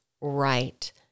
right